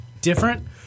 different